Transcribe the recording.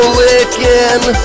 licking